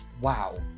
wow